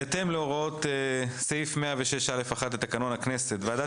בהתאם להוראות סעיף 106א(1) לתקנון הכנסת הוועדה